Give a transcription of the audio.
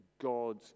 God